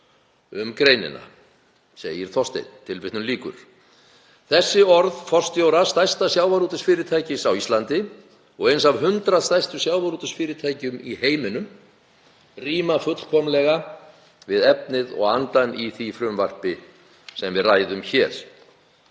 um greinina,“ segir Þorsteinn.“ Þessi orð forstjóra stærsta sjávarútvegsfyrirtækis á Íslandi, og eins af 100 stærstu sjávarútvegsfyrirtækjum í heiminum, ríma fullkomlega við efnið og andann í því frumvarpi sem við ræðum hér.